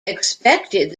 expected